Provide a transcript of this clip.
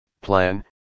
plan